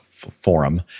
forum